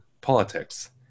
politics